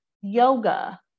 yoga